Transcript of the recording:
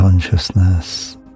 consciousness